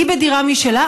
היא בדירה משלה,